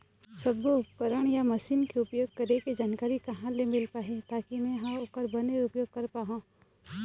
सब्बो उपकरण या मशीन के उपयोग करें के जानकारी कहा ले मील पाही ताकि मे हा ओकर बने उपयोग कर पाओ?